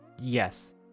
Yes